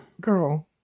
Girl